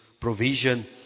provision